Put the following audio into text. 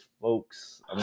folks